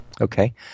Okay